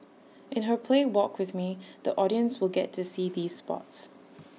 in her play walk with me the audience will get to see these spots